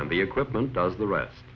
and the equipment does the rest